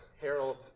Harold